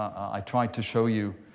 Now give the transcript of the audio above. i tried to show you